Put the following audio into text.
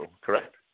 correct